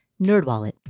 nerdwallet